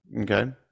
Okay